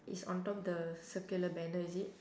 it's on top the circular banner is it